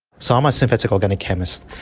so i'm a synthetic organic chemist,